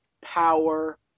power